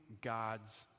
God's